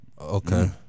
Okay